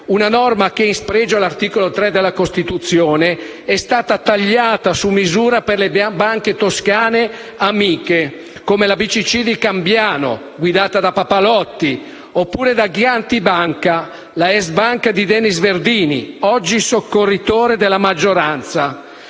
una norma che, in spregio all'articolo 3 della Costituzione, è stata tagliata su misura per le banche toscane amiche, come la BCC di Cambiano, guidata da papà Lotti, oppure ChiantiBanca, la ex banca di Denis Verdini, oggi soccorritore della maggioranza.